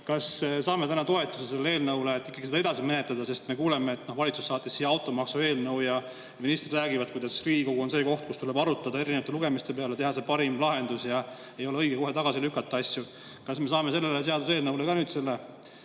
me saame täna toetuse sellele eelnõule, et ikkagi seda edasi menetleda? Sest me kuuleme, et valitsus saatis siia automaksu eelnõu ja ministrid räägivad, kuidas Riigikogu on see koht, kus tuleb arutada, et mitme lugemise jooksul leida parim lahendus, ei ole õige kohe asju tagasi lükata ja nii edasi. Kas me saame sellele seaduseelnõule ka nüüd selle